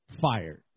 Fired